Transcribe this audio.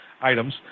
items